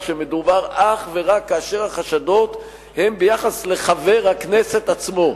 שמדובר אך ורק כאשר החשדות הם ביחס לחבר הכנסת עצמו.